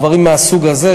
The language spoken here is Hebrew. דברים מהסוג הזה,